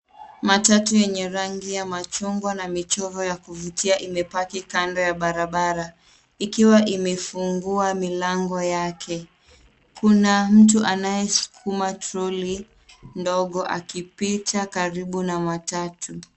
Matatu yenye rangi ya machungwa na michoro ya kuvutia imepaki kando ya barabara. Ikiwa imefungua milango yake. Kuna mtu anayesukuma toroli ndogo akipita karibu na matatu.